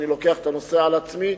אני לוקח את הנושא על עצמי,